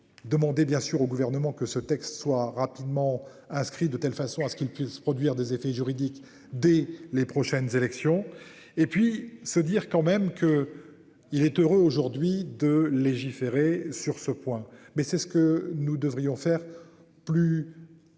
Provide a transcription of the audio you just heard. Demandé bien sûr au gouvernement que ce texte soit rapidement inscrit de telle façon à ce qu'ils puissent produire des effets juridiques dès les prochaines élections et puis se dire quand même que il est heureux aujourd'hui de légiférer sur ce point mais c'est ce que nous devrions faire plus.